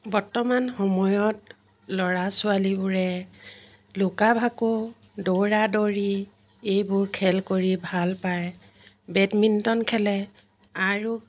বৰ্তমান সময়ত ল'ৰা ছোৱালীবোৰে লুকা ভাকু দৌৰা দৌৰি এইবোৰ খেল কৰি ভাল পায় বেডমিণ্টন খেলে আৰু